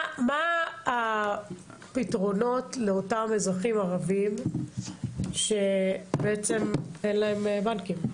מה הפתרונות לאותם אזרחים ערבים שבעצם אין להם בנקים?